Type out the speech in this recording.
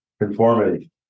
Conformity